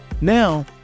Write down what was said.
Now